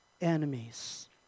enemies